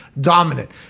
dominant